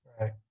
Right